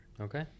Okay